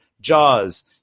Jaws